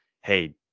Hey